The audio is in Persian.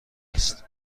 است